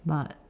but